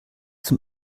zum